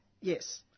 yes